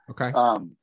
Okay